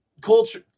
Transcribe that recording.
culture